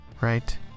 right